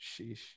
Sheesh